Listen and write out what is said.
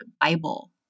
Bible